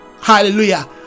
hallelujah